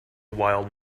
wild